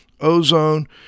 ozone